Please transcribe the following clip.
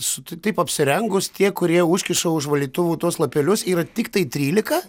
su tu taip apsirengus tie kurie užkiša už valytuvų tuos lapelius yra tiktai trylika